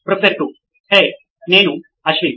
professor 2 hey నేను అశ్విన్